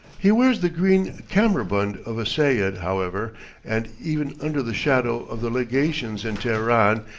he wears the green kammerbund of a seyud, however and even under the shadow of the legations in teheran,